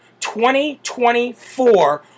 2024